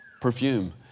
perfume